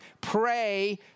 Pray